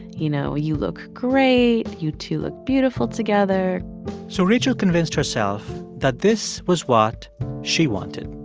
you know, you look great. you two look beautiful together so rachel convinced herself that this was what she wanted.